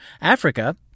Africa